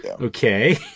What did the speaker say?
okay